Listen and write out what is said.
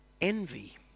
envy